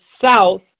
south